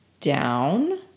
down